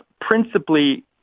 principally